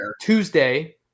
Tuesday